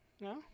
No